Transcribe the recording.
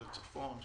של הצפון,